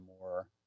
more